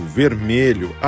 vermelho